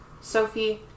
Sophie